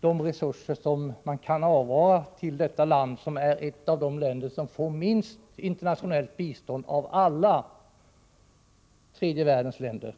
de resurser som kan avvaras till detta land, som är ett av de länder som får minst internationellt bistånd av alla tredje världens länder.